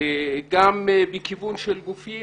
גם לכיוון של גופים